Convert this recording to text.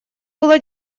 было